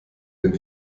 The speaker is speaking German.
den